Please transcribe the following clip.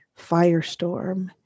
firestorm